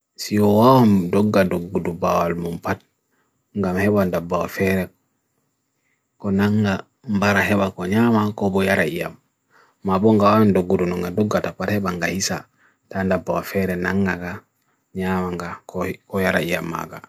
Siyo waw mndugadugadugadu ba'al mwumpat ngan hewa nda ba'a fere kon nga mbarahewa kon nyama ko boyarayyam mabunga waw mndugadugadu nga dugadu ba'a hewa nga isa tanda ba'a fere nga nga nga nyama ko boyarayyam mga